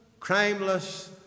crimeless